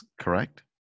correct